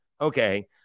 Okay